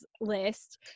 list